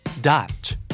Dot